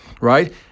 right